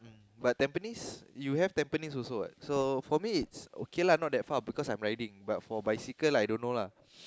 but Tampines you have Tampines also what so for me it's okay lah not that far because I'm riding but for bicycle I don't know lah